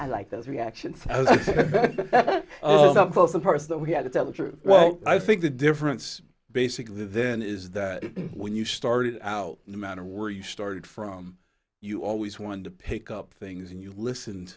i like those reaction from both the parts that we had to tell which are well i think the difference basically then is that when you started out no matter where you started from you always wanted to pick up things and you listen